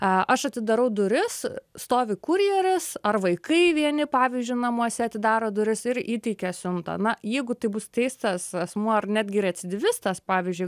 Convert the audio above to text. aš atidarau duris stovi kurjeris ar vaikai vieni pavyzdžiui namuose atidaro duris ir įteikė siuntą na jeigu tai bus teistas asmuo ar netgi recidyvistas pavyzdžiui